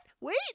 Wait